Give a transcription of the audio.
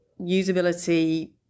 usability